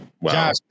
Wow